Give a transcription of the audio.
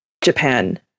Japan